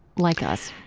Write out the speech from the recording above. like us?